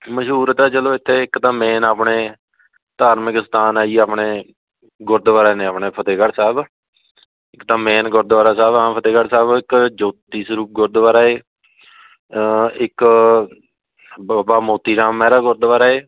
ਮਸ਼ਹੂਰ ਤਾਂ ਚਲੋ ਇੱਥੇ ਇੱਕ ਤਾਂ ਮੇਨ ਆਪਣੇ ਧਾਰਮਿਕ ਸਥਾਨ ਆ ਜੀ ਆਪਣੇ ਗੁਰਦੁਆਰੇ ਨੇ ਆਪਣੇ ਫਤਿਹਗੜ੍ਹ ਸਾਹਿਬ ਇੱਕ ਤਾਂ ਮੇਨ ਗੁਰਦੁਆਰਾ ਸਾਹਿਬ ਫਤਿਹਗੜ੍ਹ ਸਾਹਿਬ ਇੱਕ ਜੋਤੀ ਸਰੂਪ ਗੁਰਦੁਆਰਾ ਏ ਇੱਕ ਬਾਬਾ ਮੋਤੀ ਰਾਮ ਮਹਿਰਾ ਗੁਰਦੁਆਰਾ ਹੈ